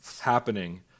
happening